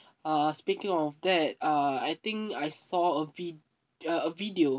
uh speaking of that uh I think I saw a vid~ uh a video